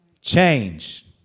Change